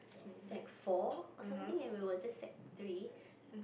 sec four or something and we were just sec three